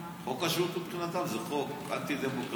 חוק השבות מבחינתם זה חוק אנטי-דמוקרטי,